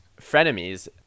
frenemies